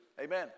Amen